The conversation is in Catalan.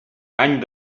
any